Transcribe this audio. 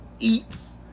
eats